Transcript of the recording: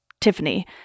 Tiffany